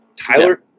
Tyler